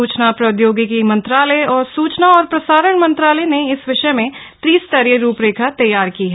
सूचना प्रौदयोगिकी मंत्रालय और सूचना और प्रसारण मंत्रालय ने इस विषय में त्रिस्तरीय रूपरेखा तैयार की है